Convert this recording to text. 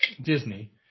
Disney